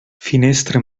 finestra